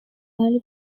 early